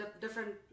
different